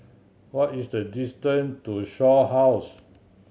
what is the distance to Shaw House